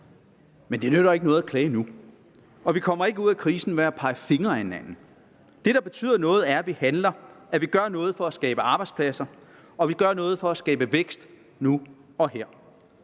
Men det nytter ikke noget at klage nu. Vi kommer ikke ud af krisen ved at pege fingre ad hinanden. Det, der betyder noget, er, at vi handler, og at vi gør noget for at skabe arbejdspladser og vi gør noget for at skabe vækst nu og her.